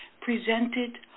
presented